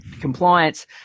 compliance